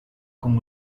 con